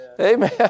Amen